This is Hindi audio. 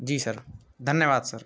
जी सर धन्यवाद सर